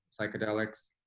psychedelics